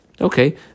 Okay